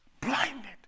blinded